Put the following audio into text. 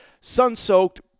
sun-soaked